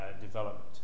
development